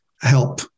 help